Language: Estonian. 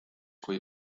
kui